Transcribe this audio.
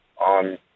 on